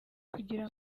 kugira